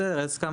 בסדר, הסכמנו.